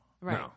Right